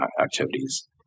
activities